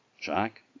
Jack